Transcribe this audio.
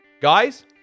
Guys